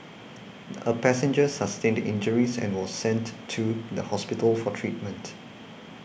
a passenger sustained injuries and was sent to the hospital for treatment